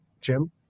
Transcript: Jim